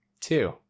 Two